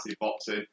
boxing